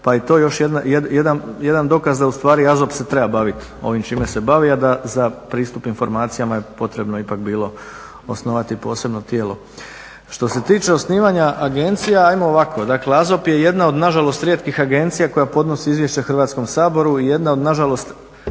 je i to još jedan dokaz da se AZOP treba baviti ovim čime se bavi, a da za pristup informacijama je potrebno ipak bilo osnovati posebno tijelo. Što se tiče agencija ajmo ovako dakle AZOP je jedna od nažalost rijetkih agencija koja podnosi izvješće Hrvatskom saboru i jedna od nažalost